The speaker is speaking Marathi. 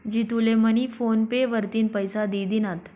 जितू ले मनी फोन पे वरतीन पैसा दि दिनात